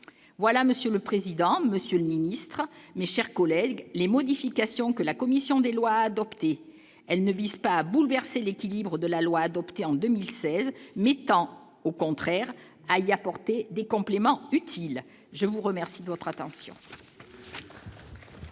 voilà monsieur le président, Monsieur le ministre mais, chers collègues, les modifications que la commission des lois adoptées, elles ne vise pas à bouleverser l'équilibre de la loi adoptée en 2016 n'étant au contraire à lui apporter des compléments utiles, je vous remercie de votre attention.